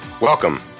welcome